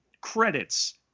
credits